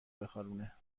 بخارونه